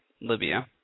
Libya